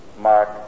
Mark